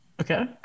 Okay